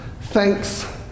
Thanks